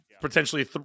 potentially